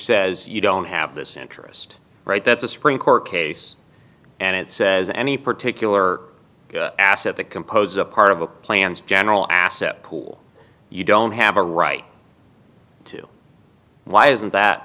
says you don't have this interest right that's a supreme court case and it says any particular asset that compose a part of the plans general asset pool you don't have a right two why isn't that